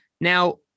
Now